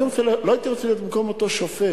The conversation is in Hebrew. לא הייתי רוצה להיות במקום אותו שופט.